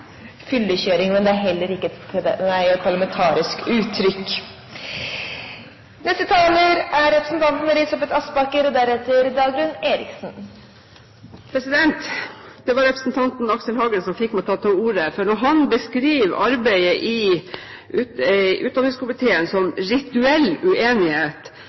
fyllekjøring ikke er et parlamentarisk uttrykk. «Ideologisk fyllekjøring», sa jeg. «Ideologisk fyllekjøring» er heller ikke et parlamentarisk uttrykk! Det var representanten Aksel Hagen som fikk meg til å ta ordet. Når han beskriver arbeidet i utdanningskomiteen som «rituell» uenighet,